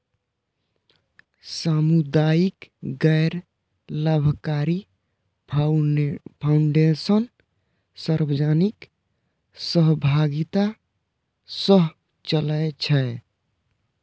सामुदायिक गैर लाभकारी फाउंडेशन सार्वजनिक सहभागिता सं चलै छै